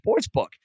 sportsbook